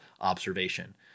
observation